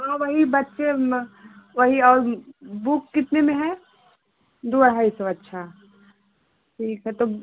हाँ वही बच्चे वही और बुक कितने में है दो अढ़ाई सौ अच्छा ठीक है तो